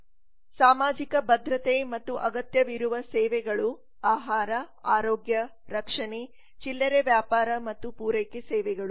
ಮತ್ತು ಸಾಮಾಜಿಕ ಭದ್ರತೆ ಮತ್ತು ಅಗತ್ಯವಿರುವ ಸೇವೆಗಳು ಆಹಾರ ಆರೋಗ್ಯ ರಕ್ಷಣೆ ಚಿಲ್ಲರೆ ವ್ಯಾಪಾರ ಮತ್ತು ಪೂರೈಕೆ ಸೇವೆಗಳು